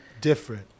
different